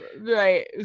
Right